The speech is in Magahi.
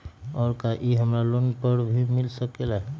और का इ हमरा लोन पर भी मिल सकेला?